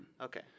Okay